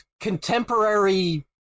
contemporary